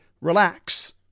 relax